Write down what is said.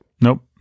Nope